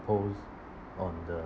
impose on the